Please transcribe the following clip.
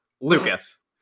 Lucas